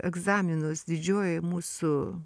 egzaminus didžiojoj mūsų